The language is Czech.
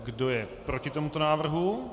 Kdo je proti tomuto návrhu?